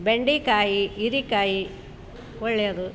ಬೆಂಡೇಕಾಯಿ ಹೀರೇಕಾಯಿ ಒಳ್ಳೇದು